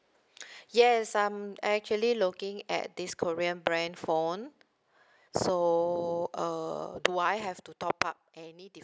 yes I'm actually looking at this korean brand phone so err do I have to top up any